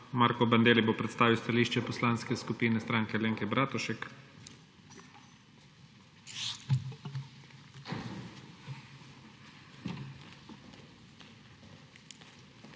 Marko Bandelli bo predstavil stališče Poslanske skupine Stranke Alenke Bratušek.